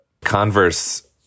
converse